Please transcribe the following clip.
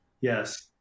Yes